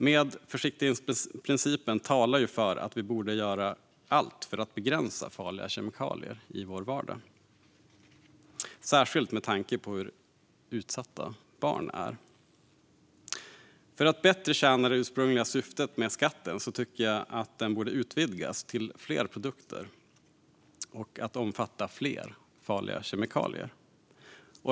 Men försiktighetsprincipen talar för att vi borde göra allt för att begränsa farliga kemikalier i vår vardag, särskilt med tanke på hur utsatta barn är. För att skatten ska tjäna det ursprungliga syftet bättre tycker jag att den borde utvidgas till fler produkter och till att omfatta fler farliga kemikalier.